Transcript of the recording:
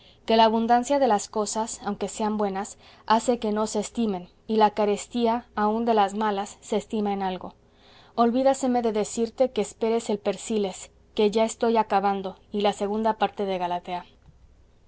que la abundancia de las cosas aunque sean buenas hace que no se estimen y la carestía aun de las malas se estima en algo olvídaseme de decirte que esperes el persiles que ya estoy acabando y la segunda parte de galatea